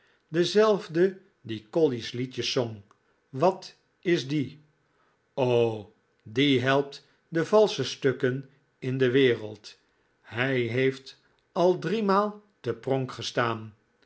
dezelfde die kolly's liedjes zong wat is die die helpt de valsche stukken in de wereld hij heeft al driemaal te pronk gestaan